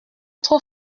trop